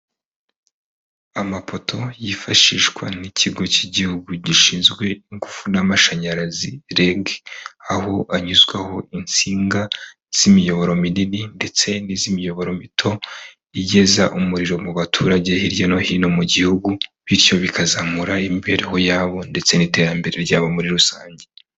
Amapoto yifashishwa n'ikigo cy'igihugu gishinzwe ingufu n'amashanyarazi, REG, aho anyuzwaho insinga z'imiyoboro minini ndetse n'iz'imiyoboro mito igeza umuriro mu baturage hirya no hino mu gihugu, bityo bikazamura imibereho yabo ndetse n'iterambere ryabo muri rusange.